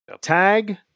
Tag